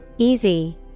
Easy